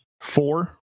four